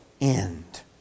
end